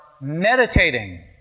meditating